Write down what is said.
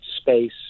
space